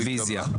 רביזיה.